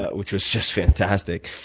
but which was just fantastic.